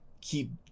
keep